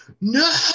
No